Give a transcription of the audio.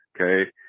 Okay